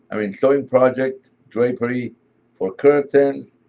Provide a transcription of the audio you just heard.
i mean sewing project, drapery for curtains,